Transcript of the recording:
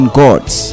gods